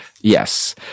Yes